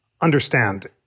understand